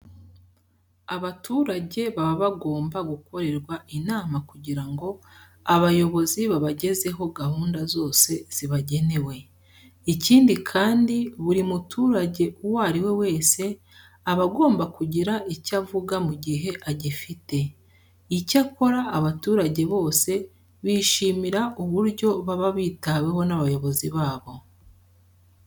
Abaturage baba bagomba gukorerwa inama kugira ngo abayobozi babagezeho gahunda zose zibagenewe. Ikindi kandi buri muturage uwo ari we wese aba agomba kugira icyo avuga mu gihe agifite. Icyakora abaturage bose bishimira uburyo baba bitaweho n'abayobozi babo.